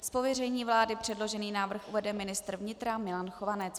Z pověření vlády předložený návrh uvede ministr vnitra Milan Chovanec.